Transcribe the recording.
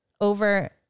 over